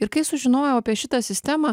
ir kai sužinojau apie šitą sistemą